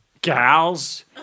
Gals